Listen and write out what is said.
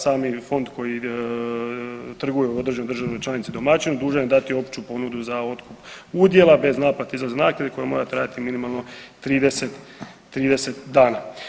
Sami fond koji trguje u određenoj državi članici domaćinu dužan je dati opću ponudu za otkup udjela bez naplate … koja mora trajati minimalno 30 dana.